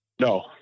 No